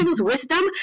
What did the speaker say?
wisdom